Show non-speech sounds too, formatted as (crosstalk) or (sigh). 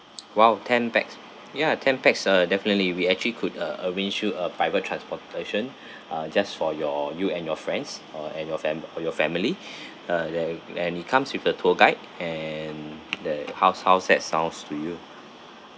!wow ! ten pax ya ten pax uh definitely we actually could uh arrange you a private transportation (breath) uh just for your you and your friends or and your fam~ or your family (breath) uh then and it comes with a tour guide and the how's how's that sounds to you